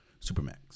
Supermax